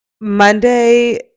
Monday